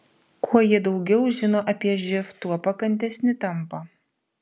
kuo jie daugiau žino apie živ tuo pakantesni tampa